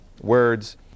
words